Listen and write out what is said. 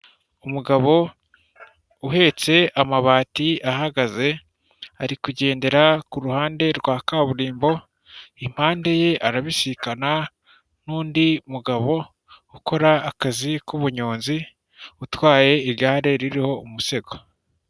Umugabo uhetse amabati ahagaze, ari kugendera ku ruhande rwa kaburimbo, impande ye arabisikana n'undi mugabo ukora akazi k'ubunyonzi utwaye igare ririho umusego.